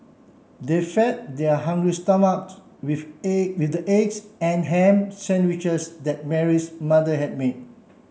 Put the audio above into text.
they fed their hungry with the with the eggs and ham sandwiches that Mary's mother had made